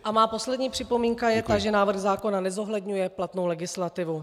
A moje poslední připomínka je ta, že návrh zákona nezohledňuje platnou legislativu.